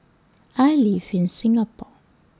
I live in Singapore